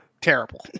terrible